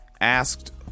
asked